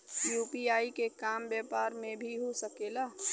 UPI के काम व्यापार में भी हो सके ला?